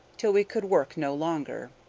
till we could work no longer.